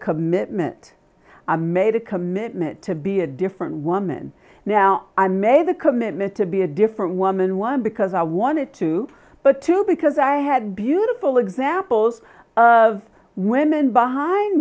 commitment i made a commitment to be a different woman now i made a commitment to be a different woman one because i wanted to but to because i had beautiful examples of women behind